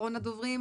אחרון הדוברים,